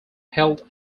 health